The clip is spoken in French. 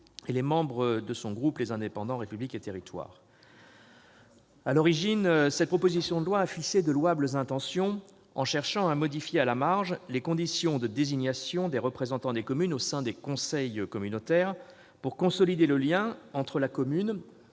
et les membres du groupe Les Indépendants - République et Territoires. À l'origine, cette proposition de loi affichait de louables intentions, en ce qu'elle cherchait à modifier à la marge les conditions de désignation des représentants des communes au sein des conseils communautaires pour consolider le lien entre les communes